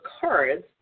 cards